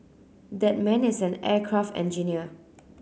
that man is an aircraft engineer